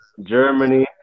Germany